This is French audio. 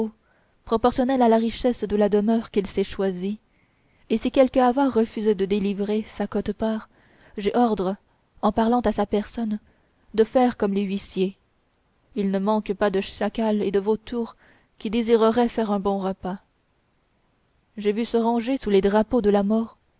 proportionnel à la richesse de la demeure qu'il s'est choisie et si quelque avare refusait de délivrer sa quote-part j'ai ordre en parlant à sa personne de faire comme les huissiers il ne manque pas de chacals et de vautours qui désireraient faire un bon repas j'ai vu se ranger sous les drapeaux de la mort